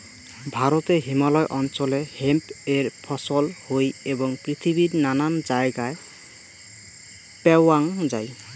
ভারতে হিমালয় অঞ্চলে হেম্প এর ফছল হই এবং পৃথিবীর নানান জায়গায় প্যাওয়াঙ যাই